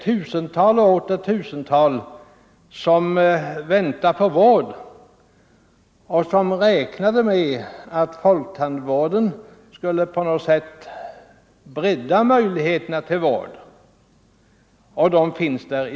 Tusentals och åter tusentals människor väntar på vård, och de har räknat med att folktandvården på något sätt skulle bredda möjligheterna att få denna vård.